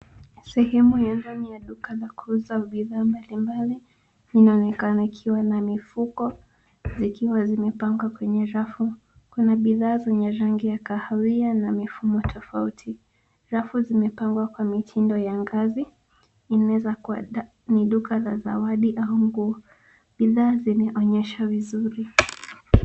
Sehemu ya ndani ya duka la kuuza bidhaa mbalimbali inaonekana ikiwa na mifuko zikiwa zimepangwa kwenye rafu. Kuna bidhaa zenye rangi ya kahawia na mifumo tofauti. Rafu zimepangwa kwa mitindo ya ngazi inaweza kuwa ni duka la zawadi au nguo. Bidhaa zimeonyeshwa vizuri.